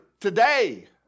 today